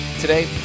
Today